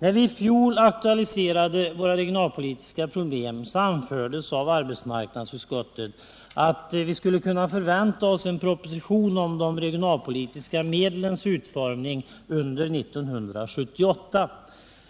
När vi i fjol aktualiserade våra regionalpolitiska problem anfördes av arbetsmarknadsutskottet att vi skulle kunna förvänta oss en proposition om de regionalpolitiska medlens utformning under 1978.